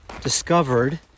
discovered